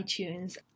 iTunes